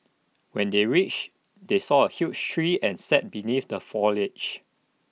when they reached they saw A huge tree and sat beneath the foliage